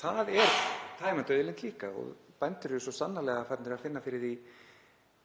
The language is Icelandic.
það er tæmandi auðlind líka og bændur eru svo sannarlega farnir að finna fyrir því